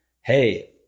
hey